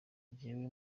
njyewe